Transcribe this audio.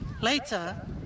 Later